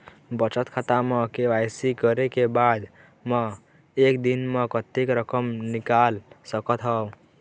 बचत खाता म के.वाई.सी करे के बाद म एक दिन म कतेक रकम निकाल सकत हव?